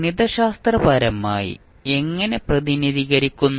ഗണിതശാസ്ത്രപരമായി എങ്ങനെ പ്രതിനിധീകരിക്കുന്നു